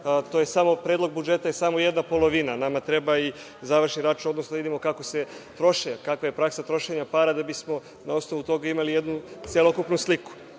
neki akt, predlog budžeta, to je samo jedna polovina, nama treba i završni račun, odnosno da vidimo kako se troše, kakva je praksa trošenje para, da bi smo na osnovu toga imali jednu celokupnu sliku. Zaista